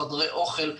חדרי אוכל,